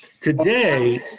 Today